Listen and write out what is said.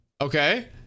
Okay